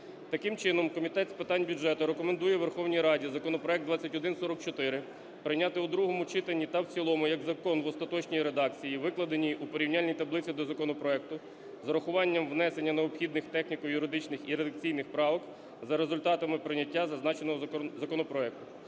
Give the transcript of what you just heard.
Таким чином, Комітет з питань бюджету рекомендує Верховній Раді законопроект 2144 прийняти у другому читанні та в цілому як закон в остаточній редакції, викладеній у порівняльній таблиці до законопроекту, з урахуванням внесення необхідних техніко-юридичних і редакційних правок за результатами прийняття зазначеного законопроекту.